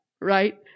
right